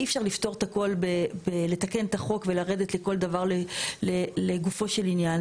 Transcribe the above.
אי אפשר לפתור את הכל בלתקן את החוק ולרדת לכל דבר לגופו של עניין.